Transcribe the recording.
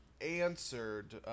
answered